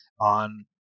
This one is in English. on